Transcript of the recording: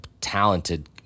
talented